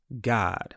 God